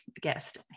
guest